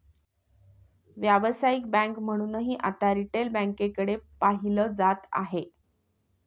व्यावसायिक बँक म्हणूनही आता रिटेल बँकेकडे पाहिलं जात आहे